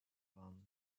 plant